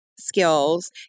skills